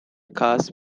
cars